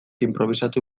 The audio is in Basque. inprobisatu